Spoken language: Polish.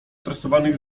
tresowanych